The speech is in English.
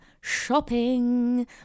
shopping